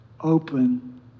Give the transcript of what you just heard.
open